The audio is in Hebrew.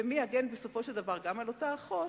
ומי יגן בסופו של דבר על אותה אחות,